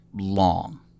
long